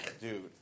dude